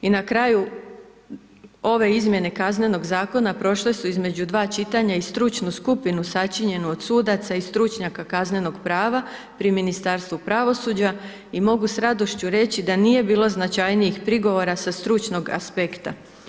I na kraju, ove izmjene kaznenog Zakona, prošle su između dva čitanja i stručnu skupinu sačinjenu od sudaca i stručnjaka kaznenog prava pri Ministarstvu pravosuđa i mogu s radošću reći da nije bilo značajnijih prigovora sa stručnog aspekta.